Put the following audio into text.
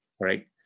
Right